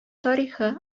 тарихы